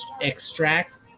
extract